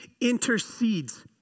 intercedes